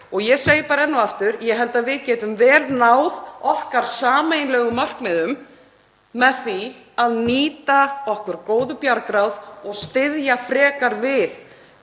og ég segi enn og aftur: Ég held að við getum vel náð okkar sameiginlegu markmiðum með því að nýta okkar góðu bjargráð og styðja frekar við